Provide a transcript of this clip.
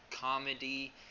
comedy